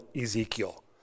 Ezekiel